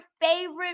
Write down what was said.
favorite